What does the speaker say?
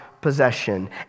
possession